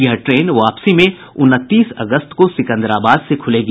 यह ट्रेन वापसी में उनतीस अगस्त को सिकंदराबाद से खुलेगी